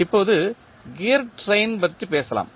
இப்போது gear rail பற்றி பேசலாம்